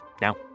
Now